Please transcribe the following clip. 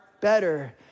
better